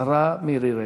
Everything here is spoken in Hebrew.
השרה מירי רגב.